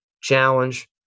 Challenge